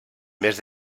mes